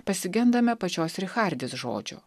pasigendame pačios richardis žodžio